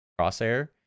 Crosshair